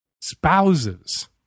spouses